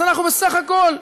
אז אנחנו בסך הכול,